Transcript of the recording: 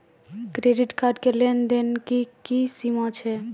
Credit card के लेन देन के की सीमा छै?